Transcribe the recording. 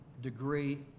degree